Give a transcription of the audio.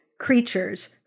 Creatures